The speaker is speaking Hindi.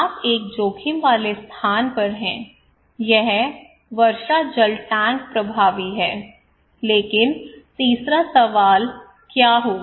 आप एक जोखिम वाले स्थान पर हैं यह वर्षा जल टैंक प्रभावी है लेकिन तीसरा सवाल क्या होगा